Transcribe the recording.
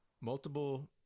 multiple